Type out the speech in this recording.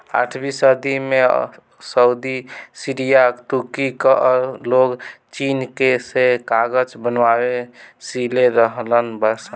आठवीं सदी में सऊदी, सीरिया, तुर्की कअ लोग चीन से कागज बनावे सिले रहलन सन